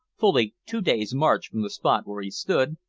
fully two days' march from the spot where he stood,